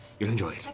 you'll enjoy it.